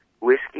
whiskey